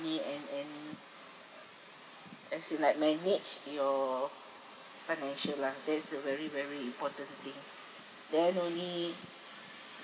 and and as in like manage your financial lah that's the very very important thing then only